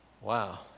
Wow